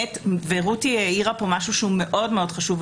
ורותי העירה פה משהו שהוא מאוד מאוד חשוב,